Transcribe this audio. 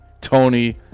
Tony